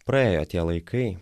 praėjo tie laikai